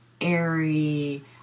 airy